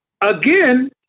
again